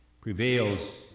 prevails